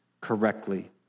correctly